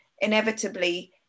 Inevitably